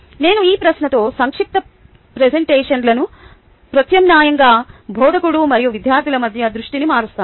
నేను ఈ ప్రశ్నలతో సంక్షిప్త ప్రెజెంటేషన్లను ప్రత్యామ్నాయంగా బోధకుడు మరియు విద్యార్థుల మధ్య దృష్టిని మారుస్తాను